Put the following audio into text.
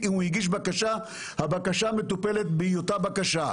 אם הוא הגיש בקשה, הבקשה מטופלת בהיותה בקשה.